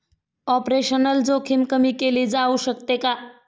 Operational जोखीम कमी केली जाऊ शकते का?